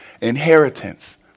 inheritance